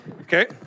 Okay